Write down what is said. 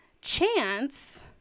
chance